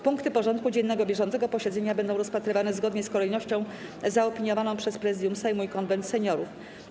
Punkty porządku dziennego bieżącego posiedzenia będą rozpatrywane zgodnie z kolejnością zaopiniowaną przez Prezydium Sejmu i Konwent Seniorów.